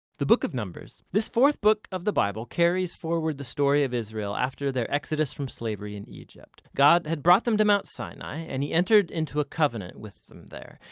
the book of numbers. this fourth book of the bible carries forward the story of israel after their exodus from slavery in egypt. god had brought them to mount sinai and he entered into a covenant with them there,